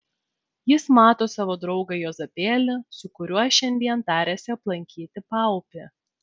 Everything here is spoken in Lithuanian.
jis mato savo draugą juozapėlį su kuriuo šiandien tarėsi aplankyti paupį